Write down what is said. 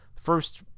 first